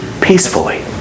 peacefully